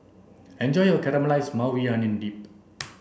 enjoy your Caramelized Maui Onion Dip